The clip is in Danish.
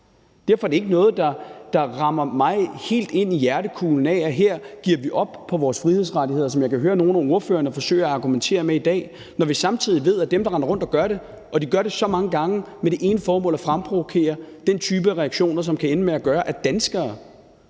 der rammer mig helt ind i hjertekulen og får mig til at sige, at her giver vi op på vores frihedsrettigheder, som jeg kan høre nogle af ordførerne forsøger at argumentere for i dag. Det er det ikke, når vi samtidig ved, at dem, der render rundt og gør det, og som gør det så mange gange, gør det med det ene formål at fremprovokere den type af reaktioner, som kan ende med at gøre, at danskere